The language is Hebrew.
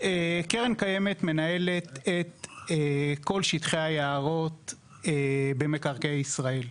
הקרן הקיימת מנהלת את כל שטחי היערות במקרקעי ישראל,